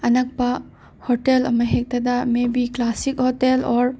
ꯑꯅꯛꯄ ꯍꯣꯇꯦꯜ ꯑꯃ ꯍꯦꯛꯇꯗ maybe classic hotel or